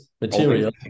material